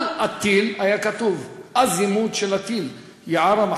על הטיל היה כתוב אזימוט של הטיל: יערה,